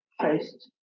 post